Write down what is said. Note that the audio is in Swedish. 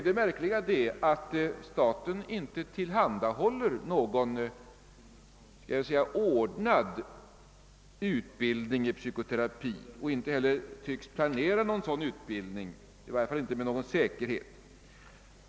Det märkliga är att staten inte tillhandahåller någon ordnad utbildning i psykoterapi och inte heller tycks planera någon sådan. I varje fall kan detta inte sägas med säkerhet.